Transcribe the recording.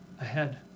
ahead